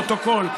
לפרוטוקול,